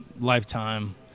lifetime